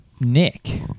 Nick